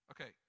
Okay